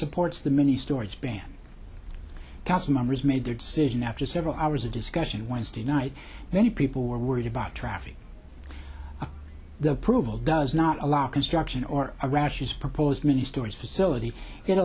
supports the mini storage ban cast members made their decision after several hours of discussion wednesday night many people were worried about traffic the approval does not allow construction or a rash is proposed many stories facility